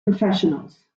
professionals